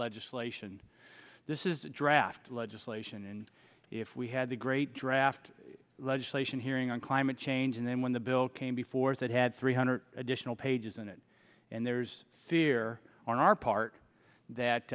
legislation this is a draft legislation and if we had a great draft legislation hearing on climate change and then when the bill came before us that had three hundred additional pages in it and there's fear on our part that